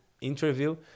interview